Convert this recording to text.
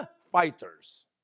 fighters